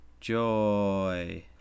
Joy